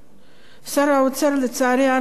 שר האוצר, לצערי הרב, לא למד